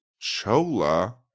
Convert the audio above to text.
Chola